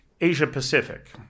Asia-Pacific